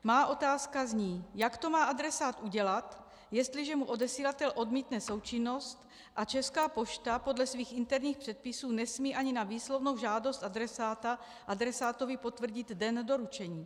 Má otázka zní, jak to má adresát udělat, jestliže mu odesílatel odmítne součinnost a Česká pošta podle svých interních předpisů nesmí ani na výslovnou žádost adresáta adresátovi potvrdit den doručení.